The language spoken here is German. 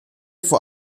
vor